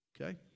Okay